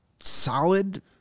solid